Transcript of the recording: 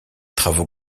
travaux